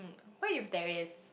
what if there is